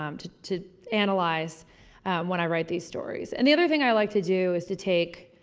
um to to analyze when i write these stories. and the other thing i like to do is to take